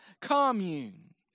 commune